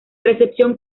recepción